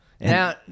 Now